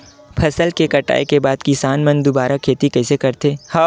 फसल के कटाई के बाद किसान मन दुबारा खेती कइसे करथे?